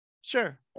Sure